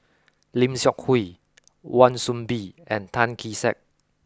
lim Seok Hui Wan Soon Bee and Tan Kee Sek